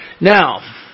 Now